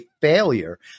failure